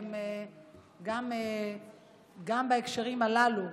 גם בהקשרים הללו,